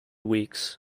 weeks